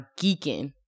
geeking